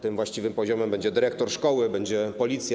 Tym właściwym poziomem będzie dyrektor szkoły, będzie nim policja.